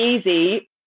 easy